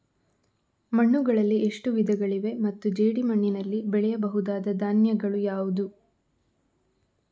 ಮಣ್ಣುಗಳಲ್ಲಿ ಎಷ್ಟು ವಿಧಗಳಿವೆ ಮತ್ತು ಜೇಡಿಮಣ್ಣಿನಲ್ಲಿ ಬೆಳೆಯಬಹುದಾದ ಧಾನ್ಯಗಳು ಯಾವುದು?